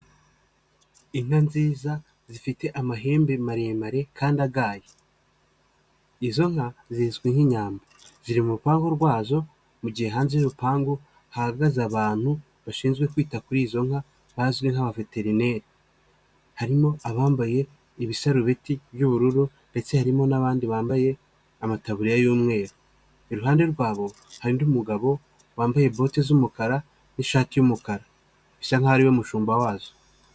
Inka nziza zifite amahembe maremare kandi agaye, izo nka zizwi nk'Inyambo, ziri mu rupangu rwazo, mu gihe hanze y'urupangu hahagaze abantu, bashinzwe kwita kuri izo nka, bazwi nk'abaveterineri, harimo abambaye ibisarubeti by'ubururu ndetse harimo n'abandi bambaye amataburiya y'umweru, iruhande rwabo hari undi mugabo wambaye boti z'umukara n'ishati y'umukara, bisa nk'aho ari we mushumba wazo.